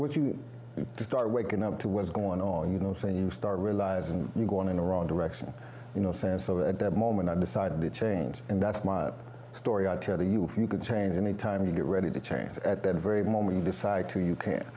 with you to start waking up to what's going on you know saying you start realizing you're going in the wrong direction you know sand so at that moment i decided to change and that's my story i tell you if you could change any time you get ready to change it at that very moment you decide to you can't